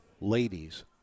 ladies